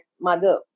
mother